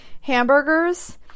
hamburgers